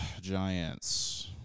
Giants